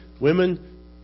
women